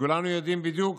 וכולנו יודעים בדיוק